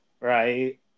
Right